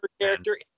character